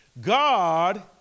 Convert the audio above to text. God